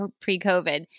pre-COVID